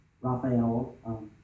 Raphael